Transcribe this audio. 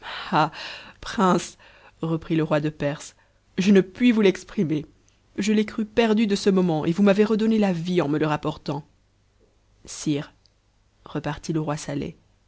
prince reprit le roi de perse je ne puis vous l'exprimer je l'ai cru perdu de ce moment et vous m'avez redonné la vie en me le rapportant sire repartit le roi saleh